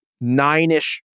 nine-ish